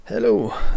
hello